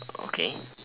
okay